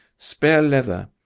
spare leather,